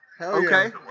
Okay